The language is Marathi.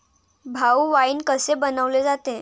भाऊ, वाइन कसे बनवले जाते?